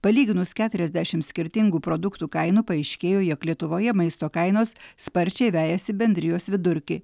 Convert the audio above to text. palyginus keturiasdešim skirtingų produktų kainų paaiškėjo jog lietuvoje maisto kainos sparčiai vejasi bendrijos vidurkį